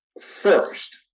first